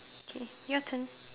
okay your turn